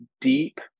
deep